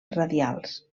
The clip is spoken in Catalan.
radials